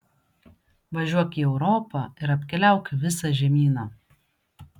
važiuok į europą ir apkeliauk visą žemyną